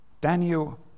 Daniel